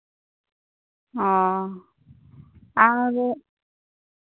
ᱚ ᱟᱫᱚ